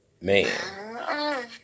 Man